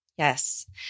Yes